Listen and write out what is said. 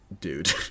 dude